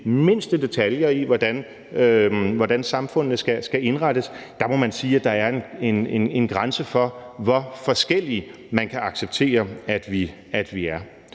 mindste detaljer for, hvordan samfundet skal indrettes, må man sige, at der er der en grænse for, hvor forskellige man kan acceptere at vi er.